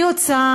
אני רוצה